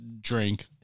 drink